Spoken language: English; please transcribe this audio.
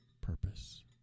purpose